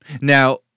Now